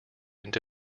into